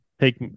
take